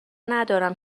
ندارم